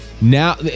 now